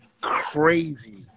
crazy